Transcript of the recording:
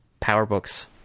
PowerBooks